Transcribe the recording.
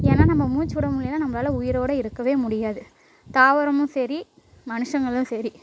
ஏன்னா நம்ம மூச்சு விட முடிலின்னா நம்மளால உயிரோட இருக்கவே முடியாது தாவரமும் சரி மனுஷங்களும் சரி